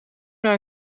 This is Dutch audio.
naar